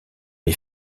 les